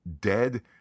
dead